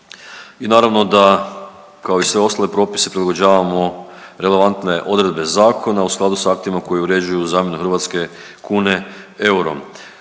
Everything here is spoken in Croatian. i naravno da, kao i sve ostale propise prilagođavamo relevantne odredbe zakona u skladu s aktima koji uređuju zamjenu hrvatske kune eurom.